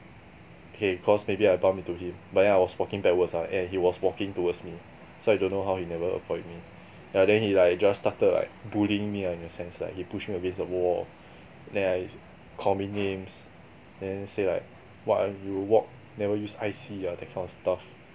okay because maybe I bumped into him but then I was walking backwards ah and he was walking towards me so I don't know how he never avoid me ya then he like just started like bullying me lah in a sense like he pushed me against the wall then like call me names then say like what ah you walk never use eye see ah that kind of stuff